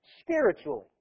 spiritually